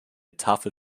tafel